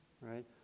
right